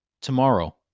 tomorrow